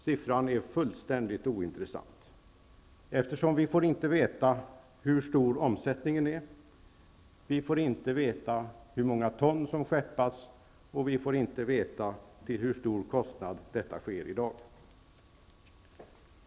Siffran är fullständigt ointressant eftersom vi inte får veta hur stor omsättningen är, hur många ton som skeppas och till vilken kostnad detta sker i dag.